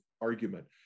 argument